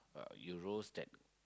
you roast that